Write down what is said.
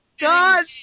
God